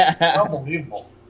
Unbelievable